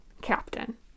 captain